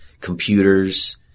computers